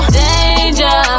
danger